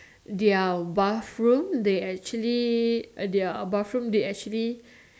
their bathroom they actually their bathroom they actually